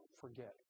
forget